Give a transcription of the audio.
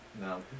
No